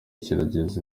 cyarageze